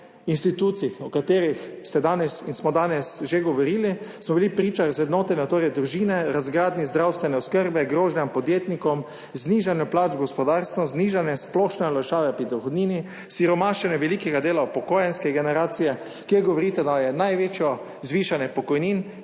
o katerih ste danes in smo danes že govorili, smo bili priča razvrednotenju družine, razgradnji zdravstvene oskrbe, grožnjam podjetnikom, znižanju plač v gospodarstvu, znižanju splošne olajšave pri dohodnini, siromašenju velikega dela upokojenske generacije, kjer govorite, da je največje zvišanje pokojnin